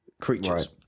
creatures